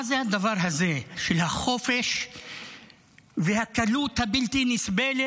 מה זה הדבר הזה של החופש והקלות הבלתי-נסבלת